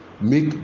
Make